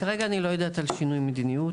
כרגע אני לא יודעת על שינוי מדיניות,